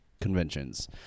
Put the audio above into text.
conventions